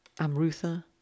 Amrutha